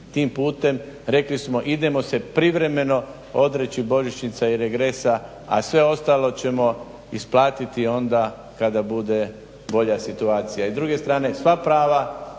tim putem, rekli smo idemo se privremeno odreći božićnica i regresa a sve ostalo ćemo isplatiti onda kada bude bolja situacija. I s druge strane sva prava